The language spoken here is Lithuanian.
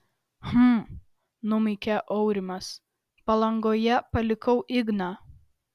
hm numykė aurimas palangoje palikau igną